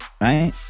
Right